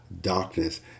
darkness